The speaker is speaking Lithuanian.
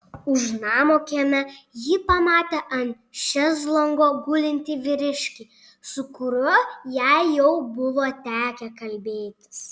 už namo kieme ji pamatė ant šezlongo gulintį vyriškį su kuriuo jai jau buvo tekę kalbėtis